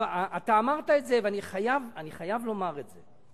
אתה אמרת את זה ואני חייב לומר את זה.